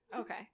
Okay